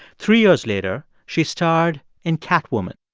three years later, she starred in catwoman.